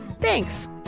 Thanks